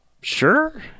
Sure